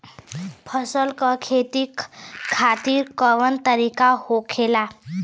फसल का खेती खातिर कवन तरीका होखेला?